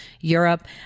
Europe